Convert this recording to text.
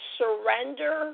surrender